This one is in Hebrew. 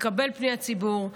לקבל פניית ציבור,